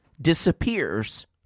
disappears